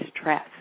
stress